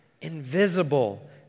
invisible